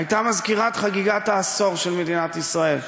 הייתה מזכירת חגיגות העשור של מדינת ישראל.